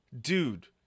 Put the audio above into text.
dude